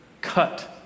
cut